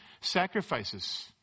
sacrifices